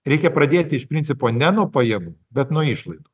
reikia pradėti iš principo ne nuo pajamų bet nuo išlaidų